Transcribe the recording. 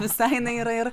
visai jinai yra ir